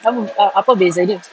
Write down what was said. ah apa beza dia